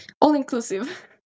all-inclusive